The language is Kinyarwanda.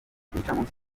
gicamunsi